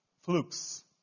flukes